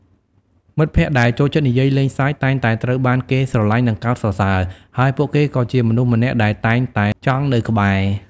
មិត្តភក្តិដែលចូលចិត្តនិយាយលេងសើចតែងតែត្រូវបានគេស្រឡាញ់និងកោតសរសើរ ហើយពួកគេក៏ជាមនុស្សម្នាក់ដែលអ្នកតែងតែចង់នៅក្បែរ។